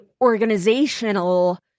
organizational